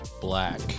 Black